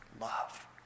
love